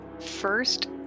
first